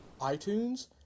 iTunes